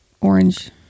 orange